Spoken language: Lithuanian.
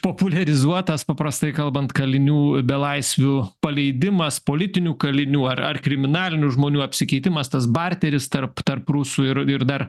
populiarizuotas paprastai kalbant kalinių belaisvių paleidimas politinių kalinių ar ar kriminalinių žmonių apsikeitimas tas barteris tarp tarp rusų ir ir dar